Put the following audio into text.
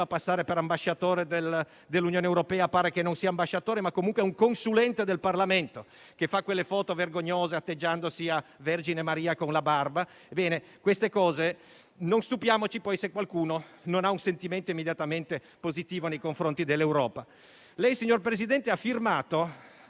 passare per ambasciatore dell'Unione europea - pare non sia ambasciatore, ma è comunque un consulente del Parlamento europeo - che fa quelle foto vergognose, atteggiandosi a Vergine Maria con la barba. Dopo certe cose non stupiamoci se poi qualcuno non ha un sentimento immediatamente positivo nei confronti dell'Europa. Lei, signor Presidente, ha firmato